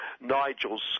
Nigel